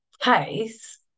case